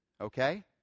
Okay